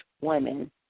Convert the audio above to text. women